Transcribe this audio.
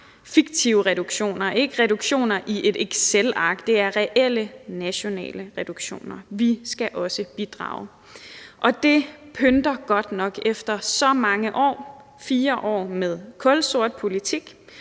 fiktive reduktioner, om reduktioner i et excelark, men om reelle nationale reduktioner. Vi skal også bidrage. Og det pynter godt nok efter så mange år, 4 år, med kulsort politik,